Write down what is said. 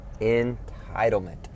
Entitlement